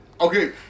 Okay